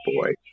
boy